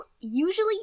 usually